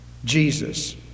Jesus